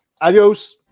Adios